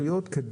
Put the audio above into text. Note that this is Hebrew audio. הבקבוקים,